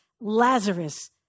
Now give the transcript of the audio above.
Lazarus